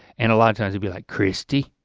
and a lot of times he'd be like, christy,